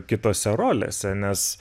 kitose rolėse nes